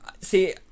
See